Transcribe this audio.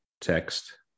text